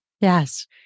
Yes